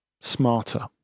smarter